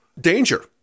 danger